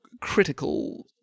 critical